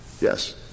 Yes